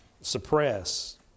Suppress